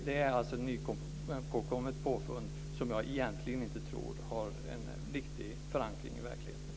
Det är alltså ett nytt påfund som jag egentligen inte tror har en riktig förankring i verkligheten.